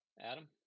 Adam